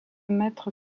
mètre